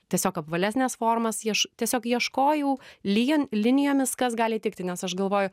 tiesiog apvalesnes formas ieš tiesiog ieškojau lyjan linijomis kas gali tikti nes aš galvoju